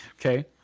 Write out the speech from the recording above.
okay